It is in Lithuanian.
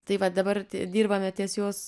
tai va dabar dirbame ties jos